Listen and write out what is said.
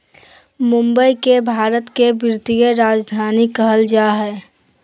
मुंबई के भारत के वित्तीय राजधानी कहल जा हइ